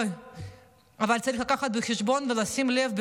אבל צריך לקחת בחשבון ולשים לב,